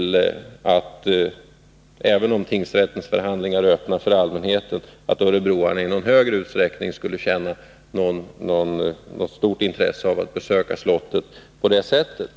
Även om tingsrättens förhandlingar är öppna för allmänheten, tvivlar jag på att örebroarna i någon större utsträckning har särskilt stort intresse av att besöka slottet i det sammanhanget.